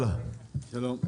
שלום.